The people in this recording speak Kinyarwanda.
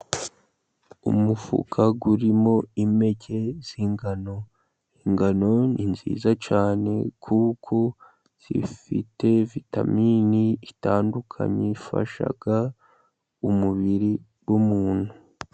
Umufuka urimo impeke z'ingano. Ingano ni nziza cyane kuko zifite vitamini zitandukanye, zifasha umubiri w'umuntu.